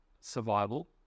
survival